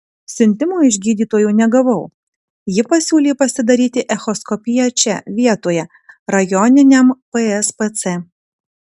siuntimo iš gydytojo negavau ji pasiūlė pasidaryti echoskopiją čia vietoje rajoniniam pspc